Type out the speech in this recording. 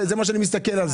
כך אני מסתכל על זה.